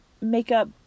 makeup